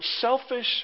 selfish